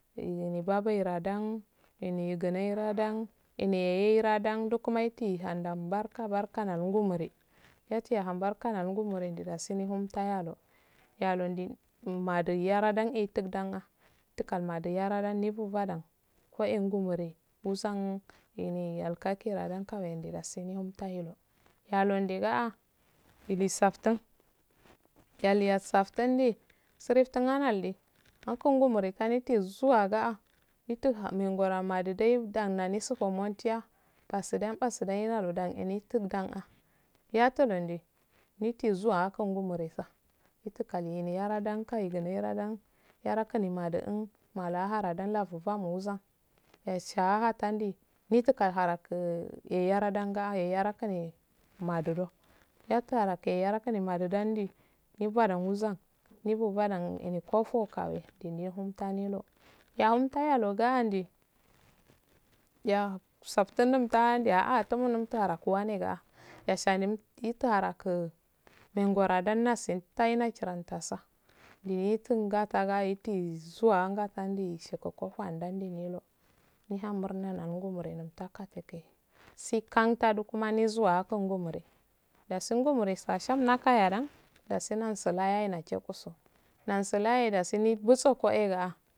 Ehh nehh baberaddan ehh nmehh sineraddan ehen reddan duguma ita hannada barka barka nal ngumuri yati yehun barka nol sumuri ah dasi vemtayalo yakmdun undu yaradan ehhe ituguddan hha umtugal madu yarah nefitadak heh ngo nguman ussan hine akaki rogan wukawandasi umtahilo yalon nddega ilufsafttun geu yesafttun doh ehhe suaftuna ya eh kan koh ngumuri zuwa gah mittu hangamuro do eh danda misufo montiyah pasudan pasudan dn ehh mituldan ahh yatulonddeh mittu gura ngumnai sa mithukl yaaran mofwkalhe yanan yarakune madu uun maka haraddan lafo ma falmo zuwa essha ttando mitilharaku eh yaraddan ebarkugne madu doh yatuhara keh yange ne marawa duwandi ndifadan wizzan nubo kasan ehni kofo kaweye dihintanelo vahimtayelo go andu yasftuun noli taanduwa ah tuwarduwakne yesani yumtharaku mengoranddasi matchi ransata nehuu inttaga zuwa nganttah tofo ah wandu mihn murna mi ngumin ullun takatake sai kkan zuwa tfur ngunni dasi ngumani si asiyam nakaryadan dasi ehsu laya eh ndiye so nasu laya eh nadiye bussekah eh ga